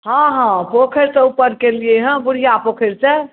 हँ हँ पोखरिसँ ऊपर केलियै हँ बुढ़िआँ पोखरिसँ